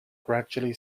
gradually